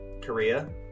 korea